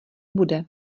bude